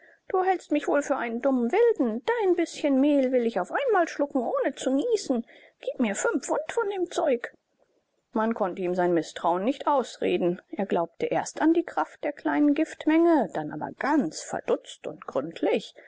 du hältst mich wohl für einen dummen wilden dein bißchen mehl will ich auf einmal schlucken ohne zu niesen gib mir fünf pfund von dem zeug man konnte ihm sein mißtrauen nicht ausreden er glaubte erst an die kraft der kleinen giftmenge dann aber ganz verdutzt und gründlich